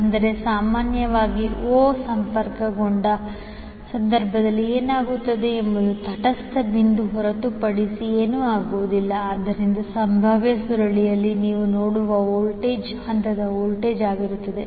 ಆದರೆ ಸಾಮಾನ್ಯವಾಗಿ ಒ ಸಂಪರ್ಕಗೊಂಡ ಸಂದರ್ಭದಲ್ಲಿ ಏನಾಗುತ್ತದೆ ಎಂಬುದು ತಟಸ್ಥ ಬಿಂದು ಹೊರತುಪಡಿಸಿ ಏನೂ ಆಗುವುದಿಲ್ಲ ಆದ್ದರಿಂದ ಸಂಭಾವ್ಯ ಸುರುಳಿಯಲ್ಲಿ ನೀವು ನೋಡುವ ವೋಲ್ಟೇಜ್ ಹಂತದ ವೋಲ್ಟೇಜ್ ಆಗಿರುತ್ತದೆ